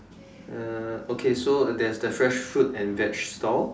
uh okay so there's the fresh fruit and veg stall